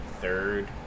third